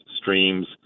streams